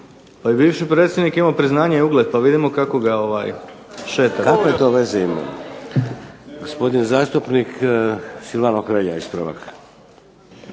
Pa i bivši predsjednik je imao priznanje i ugled pa vidimo kako ga šetate. **Šeks, Vladimir (HDZ)** Kakve to veze ima? Gospodin zastupnik Silvano Hrelja ispravak.